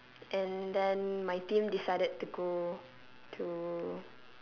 and then my team decided to go to